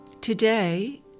today